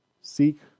seek